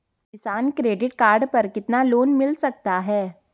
किसान credit card पर कितना लोंन मिल सकता है?